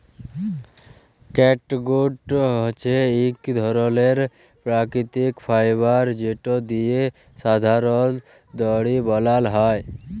catgut হছে ইক ধরলের পাকিতিক ফাইবার যেট দিঁয়ে সাধারলত দড়ি বালাল হ্যয়